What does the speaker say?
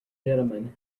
gentlemen